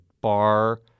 bar